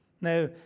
Now